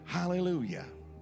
Hallelujah